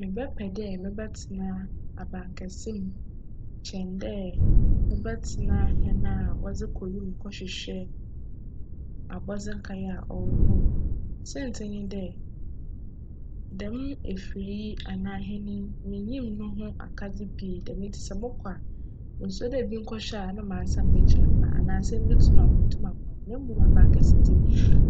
Mebjpj dj mebjtsena aban kjse mu kyjn dj mebjtsena hjn a wcdze kc wimu kchwehwj abcdze nkae a cwc hc no. Siantsir nye dj, djm efir anaa hjn yi, minnyim no ho akjdze pii djm ntsi sj mokc a, musuro dj bi nkchwj a nna mannsan m'ekyir ammba anaa asjm bi to me a menntum ammba na mbom aban kjse dze